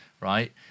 right